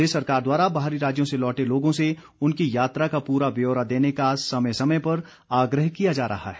प्रदेश सरकार द्वारा बाहरी राज्यों से लौटे लोगों से उनकी यात्रा का पूरा ब्योरा देने का समय समय पर आग्रह किया जा रहा है